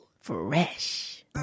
Fresh